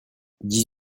dix